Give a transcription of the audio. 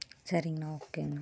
சரிங்கண்ணா ஓகேங்கண்ணா